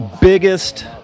biggest